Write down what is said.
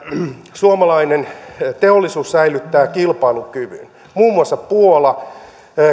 suomalainen teollisuus säilyttää kilpailukyvyn muun muassa puola